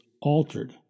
altered